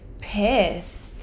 pissed